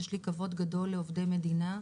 יש לי כבוד גדול לעובדי מדינה,